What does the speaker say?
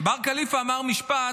בר כליפא אמר משפט: